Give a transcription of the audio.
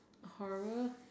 horror